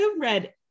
read